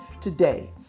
Today